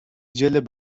جلد